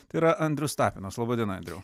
tai yra andrius tapinas lada diena andriau